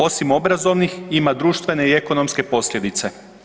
Osim obrazovnih ima društvene i ekonomske posljedice.